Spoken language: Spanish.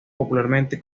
popularmente